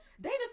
Dana